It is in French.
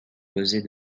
causer